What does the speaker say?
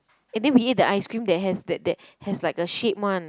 and then we ate the ice cream that has that that has like a shape one